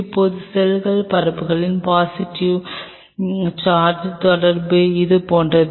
இப்போது செல்கள் பரப்புகளின் பாசிட்டிவ் சார்ஜ் தொடர்பு இது போன்றது